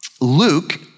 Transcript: Luke